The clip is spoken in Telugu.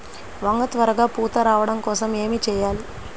వంగ త్వరగా పూత రావడం కోసం ఏమి చెయ్యాలి?